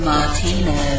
Martino